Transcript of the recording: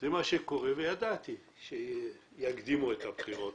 ידעתי שיקדימו את הבחירות.